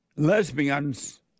Lesbians